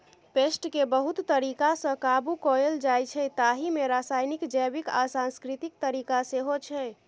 पेस्टकेँ बहुत तरीकासँ काबु कएल जाइछै ताहि मे रासायनिक, जैबिक आ सांस्कृतिक तरीका सेहो छै